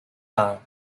are